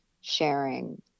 sharing